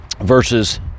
Versus